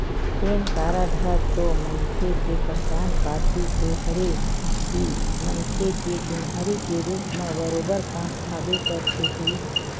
PAN card ह तो मनखे के पहचान पाती तो हरे ही मनखे के चिन्हारी के रुप म बरोबर काम आबे करथे भई